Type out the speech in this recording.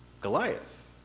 Goliath